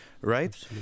right